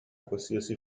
qualsiasi